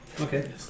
Okay